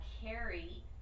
carry